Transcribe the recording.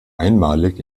einmalig